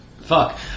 Fuck